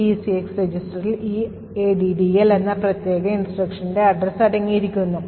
ECX രജിസ്റ്ററിൽ ഈ addl എന്ന പ്രത്യേക നിർദ്ദേശത്തിന്റെ address അടങ്ങിയിരിക്കുന്നു